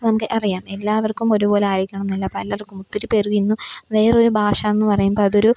അത് നമുക്ക് അറിയാം എല്ലാവര്ക്കും ഒരുപോലെയായിരിക്കണമെന്നില്ല പലര്ക്കും ഒത്തിരി പേര്ക്കും ഇന്നും വേറൊരു ഭാഷയെന്ന് പറയുമ്പം അതൊരു